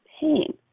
pain